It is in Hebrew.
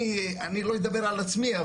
אני לא אדבר על עצמי,